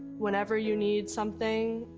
whenever you need something,